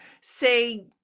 say